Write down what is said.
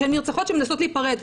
והן נרצחות כשהן מנסות להיפרד.